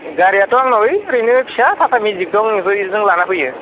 गारियाथ' आंनाव ओइ ओरैनो फिसा टाटा मेजिक दं एफोरनिबेजों लाना फैयो